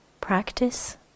practice